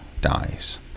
Dies